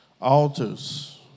altars